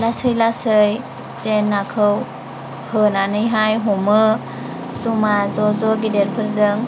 लासै लासै बे नाखौ होनानैहाय हमो जमा ज'ज' गेदेरफोरजों